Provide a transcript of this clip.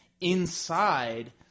inside